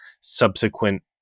subsequent